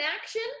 action